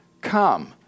come